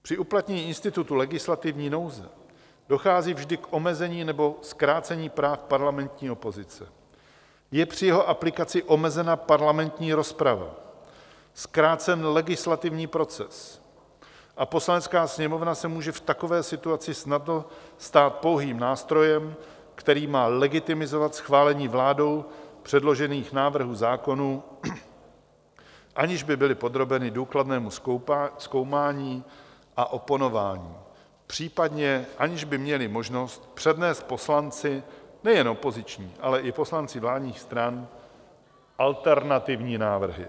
Při uplatnění institutu legislativní nouze dochází vždy k omezení nebo zkrácení práv parlamentní opozice, je při jeho aplikaci omezena parlamentní rozprava, zkrácen legislativní proces a Poslanecká sněmovna se může v takové situaci snadno stát pouhým nástrojem, který má legitimizovat schválení vládou předložených návrhů zákonů, aniž by byly podrobeny důkladnému zkoumání a oponování, popřípadě aniž by měly možnost přednést poslanci nejen opoziční, ale i poslanci vládních stran alternativní návrhy.